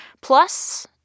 plus